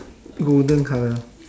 golden colour